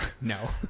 no